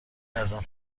ارزان